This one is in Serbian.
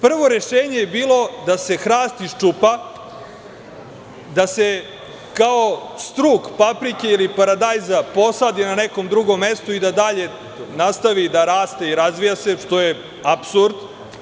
Prvo rešenje je bilo da se hrast iščupa, da se kao struk paprike ili paradajza posadi na nekom drugom mestu i da dalje nastavi da raste i razvija se, što je apsurd.